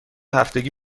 هفتگی